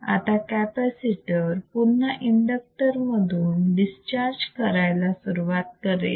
आता कॅपॅसिटर पुन्हा इंडक्टर मधून डिस्चार्ज करायला सुरुवात करेल